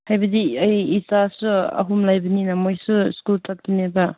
ꯍꯥꯏꯕꯗꯤ ꯑꯩ ꯏꯆꯥꯁꯨ ꯑꯍꯨꯝ ꯂꯩꯕꯅꯤꯅ ꯃꯈꯣꯏꯁꯨ ꯁ꯭ꯀꯨꯜ ꯆꯠꯄꯅꯦꯕ